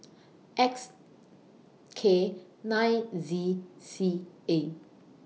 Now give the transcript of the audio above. X K nine Z C A